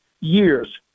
years